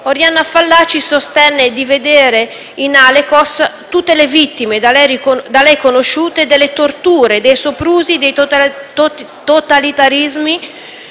Oriana Fallaci sostenne di vedere in Alekos tutte le vittime da lei conosciute delle torture e dei soprusi dei totalitarismi,